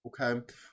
Okay